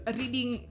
reading